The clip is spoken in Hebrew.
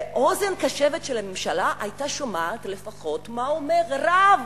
ואוזן קשבת של הממשלה היתה שומעת לפחות מה אומר רב.